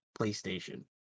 PlayStation